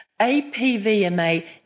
APVMA